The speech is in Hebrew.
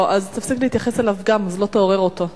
לא, אז תפסיק להתייחס אליו, אז לא תעורר אותו.